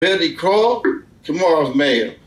‫בלי קול, ‫TOMORROW MEIR.